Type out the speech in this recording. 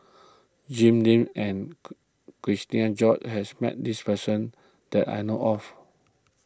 Jim Lim and Cherian George has met this person that I know of